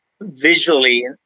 visually